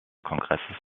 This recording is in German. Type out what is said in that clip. kongresses